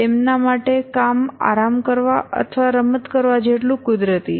તેમના માટે કામ આરામ કરવા અથવા રમત કરવા જેટલું કુદરતી છે